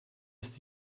ist